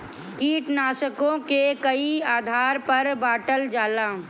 कीटनाशकों के कई आधार पर बांटल जाला